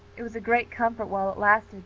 it was a great comfort while it lasted.